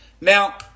Now